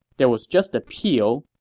there was just the peel,